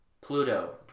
Pluto